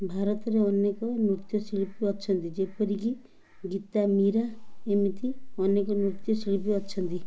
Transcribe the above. ଭାରତରେ ଅନେକ ନୃତ୍ୟଶିଳ୍ପୀ ଅଛନ୍ତି ଯେପରିକି ଗୀତା ମୀରା ଏମିତି ଅନେକ ନୃତ୍ୟଶିଳ୍ପୀ ଅଛନ୍ତି